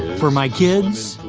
for my kids,